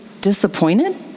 disappointed